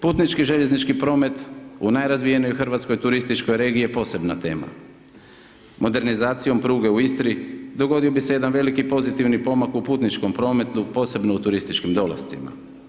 Putnički željeznički promet u najrazvijenoj hrvatskoj turističkoj regiji je posebna tema, modernizacijom pruge u Istri, dogodio bi se jedan veliki pozitivan pomak u putničkom prometu, posebno u turističkim dolascima.